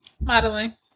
Modeling